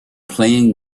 playing